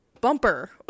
bumper